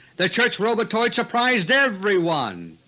the church robotoid surprised everyone.